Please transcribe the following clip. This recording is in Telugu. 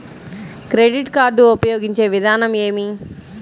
క్రెడిట్ కార్డు ఉపయోగించే విధానం ఏమి?